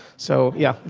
so, yeah,